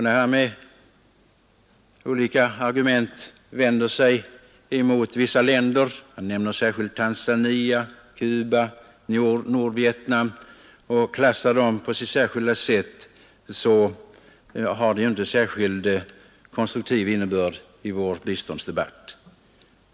När han med olika argument vänder sig mot vissa länder — särskilt Tanzania, Cuba och Nordvietnam — och klassar dem på sitt särskilda sätt, har detta inte någon särskild konstruktiv innebörd i vår biståndsdebatt.